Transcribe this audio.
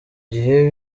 gihe